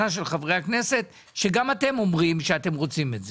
של חברי הכנסת שגם אתם אומרים שאתם רוצים את זה,